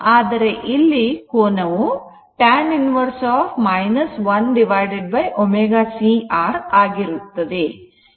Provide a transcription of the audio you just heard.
ಆದರೆ ಇಲ್ಲಿ ಕೋನವು tan inverse 1 ω c R ಆಗಿರುತ್ತದೆ